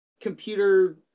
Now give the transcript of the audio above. computer